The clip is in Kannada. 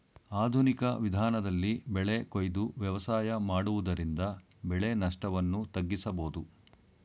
ಆಧುನಿಕ ವಿಧಾನದಲ್ಲಿ ಬೆಳೆ ಕೊಯ್ದು ವ್ಯವಸಾಯ ಮಾಡುವುದರಿಂದ ಬೆಳೆ ನಷ್ಟವನ್ನು ತಗ್ಗಿಸಬೋದು